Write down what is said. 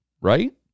right